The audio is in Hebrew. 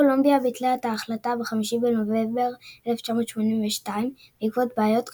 קולומביה ביטלה את החלטה ב-5 בנובמבר 1982 בעקבות בעיות כלכליות.